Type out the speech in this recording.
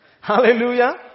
Hallelujah